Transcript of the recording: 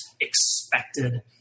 expected